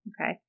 Okay